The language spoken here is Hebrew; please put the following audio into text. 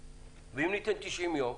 ואם ניתן 90 יום,